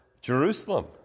Jerusalem